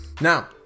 now